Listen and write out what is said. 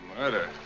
murder